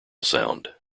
sound